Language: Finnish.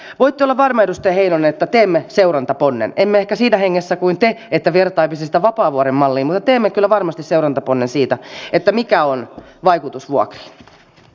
voitte olla varma edustaja heinonen että teemme seurantaponnen emme ehkä siinä hengessä kuin te että vertaisimme vapaavuoren malliin mutta teemme kyllä varmasti seurantaponnen siitä mikä on vaikutus vuokriin